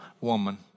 woman